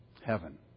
Heaven